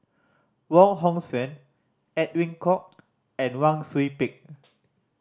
Wong Hong Suen Edwin Koek and Wang Sui Pick